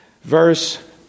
Verse